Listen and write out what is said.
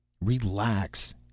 Relax